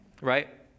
right